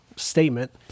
statement